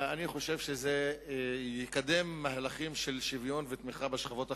אני חושב שזה יקדם מהלכים של שוויון ותמיכה בשכבות החלשות,